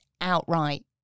outright